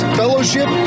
fellowship